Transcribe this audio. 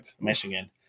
Michigan